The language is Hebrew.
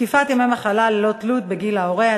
(זקיפת ימי מחלה ללא תלות בגיל ההורה),